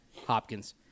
Hopkins